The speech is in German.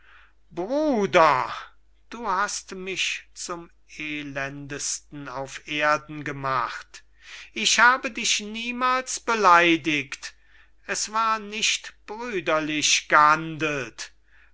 bruder du hast mich zum elendesten auf erden gemacht ich habe dich niemals beleidigt es war nicht brüderlich gehandelt